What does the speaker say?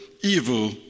evil